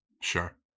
Sure